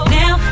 now